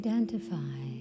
Identify